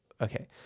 Okay